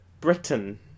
Britain